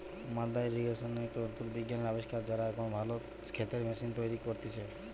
মাদ্দা ইর্রিগেশন এক নতুন বিজ্ঞানের আবিষ্কার, যারা এখন ভালো ক্ষেতের ম্যাশিন তৈরী করতিছে